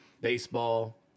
baseball